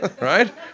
Right